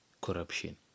corruption